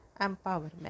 Empowerment